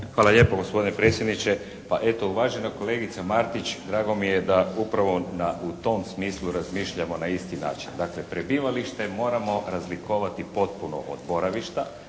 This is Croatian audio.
Hvala lijepa gospodine predsjedniče. Pa eto, uvažena kolegica Martić, drago mi je da upravo u tom smislu razmišljamo na isti način. Dakle, prebivalište moramo razlikovati potpuno od boravišta